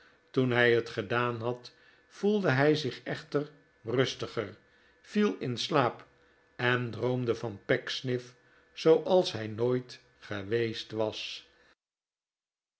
toen hij het gedaan had voelde hij zich echter rustiger viel in slaap en droomde van pecksniff zooals hij nooit geweest was